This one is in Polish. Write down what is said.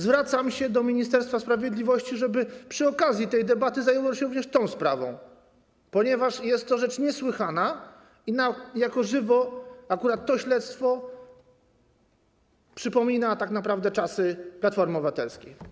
Zwracam się do Ministerstwa Sprawiedliwości, żeby przy okazji tej debaty zajęło się również tą sprawą, ponieważ jest to rzecz niesłychana i jako żywo akurat to śledztwo przypomina tak naprawdę czasy Platformy Obywatelskiej.